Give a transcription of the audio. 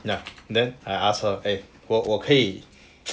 ya then I ask her eh 我可以